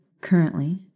currently